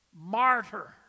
martyr